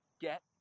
get